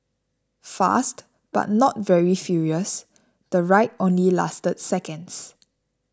fast but not very furious the ride only lasted seconds